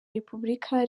repubulika